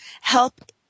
help